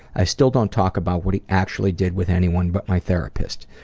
i still don't talk about what he actually did with anyone but my therapist.